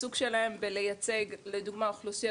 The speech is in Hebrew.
שהעיסוק שלהן בלייצג לדוגמא אוכלוסיות